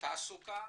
תעסוקה,